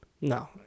No